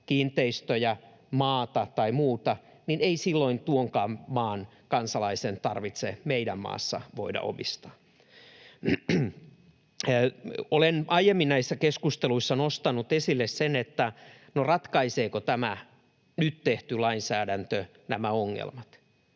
kiinteistöjä, maata tai muuta, ei silloin tuonkaan maan kansalaisen tarvitse meidän maassamme voida omistaa. Olen aiemmin näissä keskusteluissa nostanut esille sen, että, no, ratkaiseeko tämä nyt tehty lainsäädäntö nämä ongelmat.